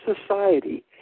society